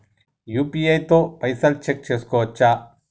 UPI తో పైసల్ check చేసుకోవచ్చా?